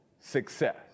success